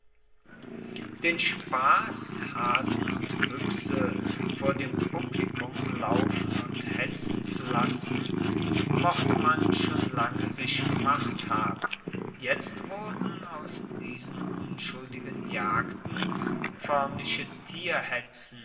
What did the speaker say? den spass hasen und fuechse vor dem publikum laufen und hetzen zu lassen mochte man schon lange sich gemacht haben jetzt wurden aus diesen unschuldigen jagden foermliche